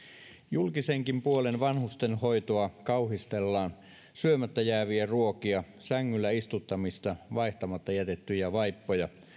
julkisenkin puolen vanhustenhoitoa kauhistellaan syömättä jääviä ruokia sängyllä istuttamista vaihtamatta jätettyjä vaippoja